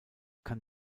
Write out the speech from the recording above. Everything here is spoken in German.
kann